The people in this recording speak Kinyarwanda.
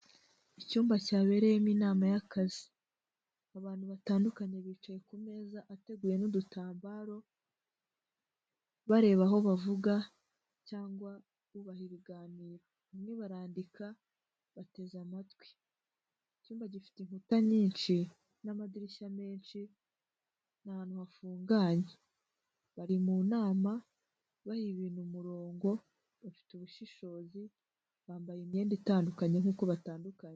Icyumba cyabereyemo inama y'akazi. Abantu batandukanye bicaye ku meza ateguwe n'udutambaro, bareba aho bavuga cyangwa bubaha ibiganiro. Bamwe barandika, bateze amatwi. Icyumba gifite inkuta nyinshi n'amadirishya menshi, ni ahantu hafunganye. Bari mu nama, baha ibintu umurongo, bafite ubushishozi, bambaye imyenda itandukanye nkuko batandukanye.